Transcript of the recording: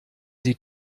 sie